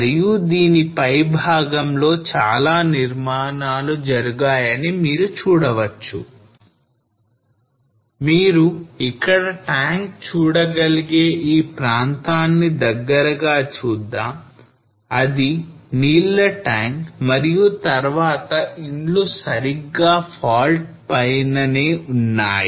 మరియు దీని పైభాగంలో చాలా నిర్మాణాలు జరిగాయని మీరు చూడవచ్చు మీరు ఇక్కడ ట్యాంక్ చూడగలిగే ఈ ప్రాంతానికి దగ్గరగా చూద్దాం అది నీళ్ల ట్యాంక్ మరియు తర్వాత ఇండ్లు సరిగ్గా fault పైననే ఉన్నాయి